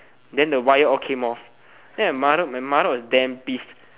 then the wire all came off then my mother my mother was damn pissed